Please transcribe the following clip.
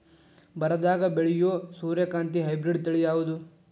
ಬರದಾಗ ಬೆಳೆಯೋ ಸೂರ್ಯಕಾಂತಿ ಹೈಬ್ರಿಡ್ ತಳಿ ಯಾವುದು?